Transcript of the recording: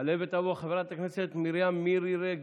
תעלה ותבוא חברת הכנסת מרים מירי רגב.